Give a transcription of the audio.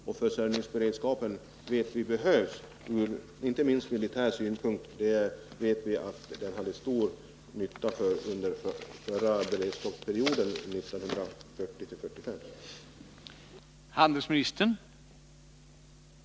Vi vet att denna behövs och att vi inte minst från militär synpunkt hade stor nytta av denna industri under beredskapsperioden 1940-1945.